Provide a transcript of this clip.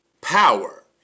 power